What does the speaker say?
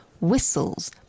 whistles